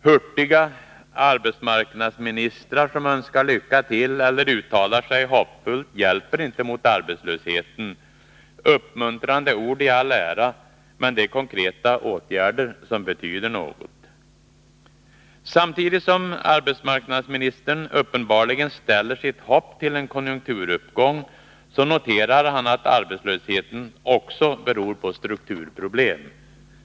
Hurtiga arbetsmarknadsministrar som önskar lycka till eller uttalar sig hoppfullt hjälper inte mot arbetslösheten. Uppmuntrande ord i all ära, men det är konkreta åtgärder som betyder något. Samtidigt som arbetsmarknadsministern uppenbarligen ställer sitt hopp till en konjunkturuppgång, så noterar han att arbetslösheten också beror på strukturproblem.